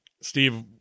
Steve